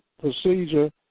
procedure